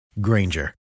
Granger